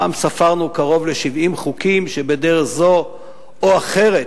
פעם ספרנו קרוב ל-70 חוקים שבדרך זו או אחרת